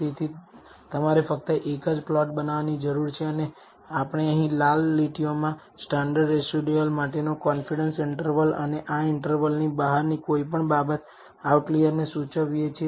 તેથી તમારે ફક્ત એક જ પ્લોટ બનાવવાની જરૂર છે અને આપણે અહીં લાલ લીટીઓમાં સ્ટાન્ડર્ડ રેસિડયુઅલ માટેનો કોન્ફિડેન્સ ઈન્ટરવલ અને આ ઇન્ટરવલની બહારની કોઈપણ બાબત આઉટલાયરને સૂચવીએ છીએ